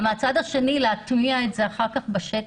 מהצד השני גם להטמיע את זה בשטח.